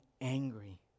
angry